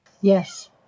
Yes